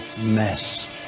mess